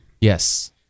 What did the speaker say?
Yes